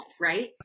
right